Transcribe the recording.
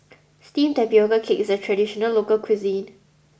Steamed Tapioca Cake is a traditional local cuisine